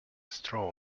straw